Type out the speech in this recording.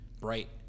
bright